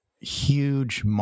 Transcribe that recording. huge